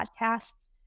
podcasts